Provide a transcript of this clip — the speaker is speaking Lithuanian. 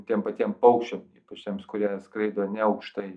tiem patiem paukščiam ypač tiems kurie skraido neaukštai